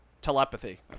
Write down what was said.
telepathy